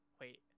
Wait